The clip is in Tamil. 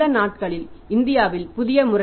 இந்த நாட்களில் இந்தியாவில் புதிய முறை